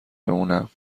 بمونم